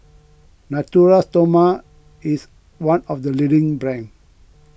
Natura Stoma is one of the leading brands